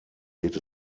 geht